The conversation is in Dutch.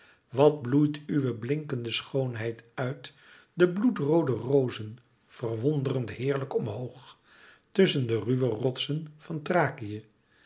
wat bloeit uwe blinkende schoonheid uit de bloedroode rozen verwonderend heerlijk omhoog tusschen de ruwe rotsen van